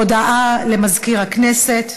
הודעה לסגן מזכירת הכנסת.